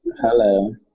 Hello